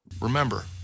Remember